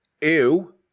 ew